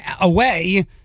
away